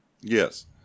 Yes